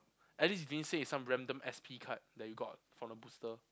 at least you didn't say it's some random S_P card that you got from a booster